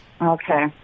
Okay